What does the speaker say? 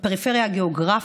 בפריפריה הגיאוגרפית,